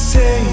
Say